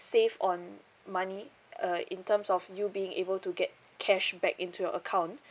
save on money uh in terms of you being able to get cash back into your account